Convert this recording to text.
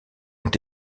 ont